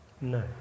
No